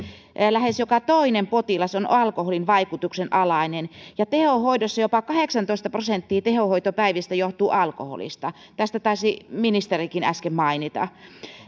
lähes joka toinen potilas on alkoholin vaikutuksen alainen ja tehohoidossa jopa kahdeksantoista prosenttia tehohoitopäivistä johtuu alkoholista tästä taisi ministerikin äsken mainita